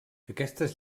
aquestes